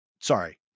Sorry